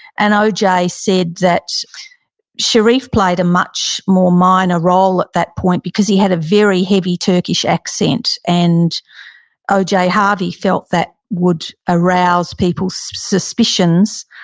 and oj said that sherif played a much more minor role at that point because he had a very heavy turkish accent. and oj harvey felt that would arouse people's suspicions,